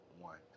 one